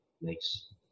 Nice